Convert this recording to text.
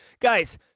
Guys